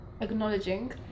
acknowledging